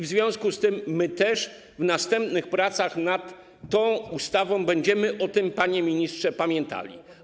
W związku z tym w następnych pracach nad tą ustawą będziemy o tym, panie ministrze, pamiętali.